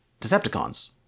Decepticons